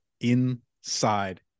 inside